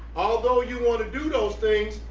although you wanna do those things,